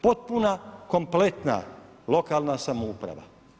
Potpuna kompletna lokalna samouprava.